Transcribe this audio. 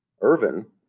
Irvin